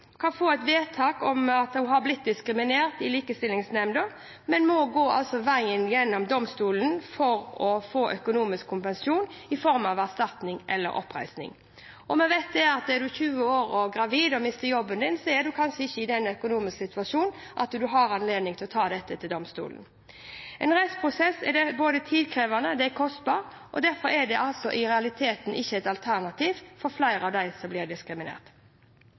kan få et vedtak om at hun har blitt diskriminert i Likestillings- og diskrimineringsnemnda, men må altså gå veien om domstolen for å få økonomisk kompensasjon i form av erstatning eller oppreisning. Og vi vet at en som er 20 år og gravid og mister jobben, kanskje ikke er i den økonomiske situasjonen at hun har anledning til å ta dette til domstolen. En rettsprosess er både tidkrevende og kostbar, og derfor er det i realiteten ikke et alternativ for flere av dem som blir diskriminert.